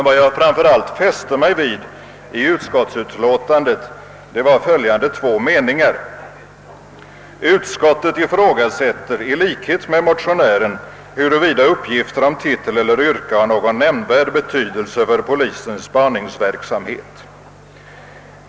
Vad jag framför allt fäste mig vid i utskottsutlåtandet var följande två meningar: »Utskottet ifrågasätter i likhet med motionären huruvida uppgifter om titel eller yrke har någon nämnvärd betydelse för polisens spaningsverksamhet.